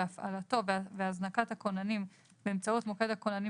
והפעלתו והזנקת כוננים באמצעות מוקד הכוננים